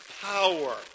power